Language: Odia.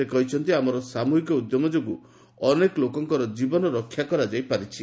ସେ କହିଛନ୍ତି ଆମର ସାମୁହିକ ଉଦ୍ୟମ ଯୋଗୁଁ ଅନେକ ଲୋକଙ୍କର ଜୀବନରକ୍ଷା କରାଯାଇ ପାରିଛି